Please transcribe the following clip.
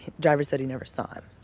driver said he never saw him.